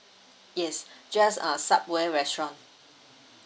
yes just uh subway restaurant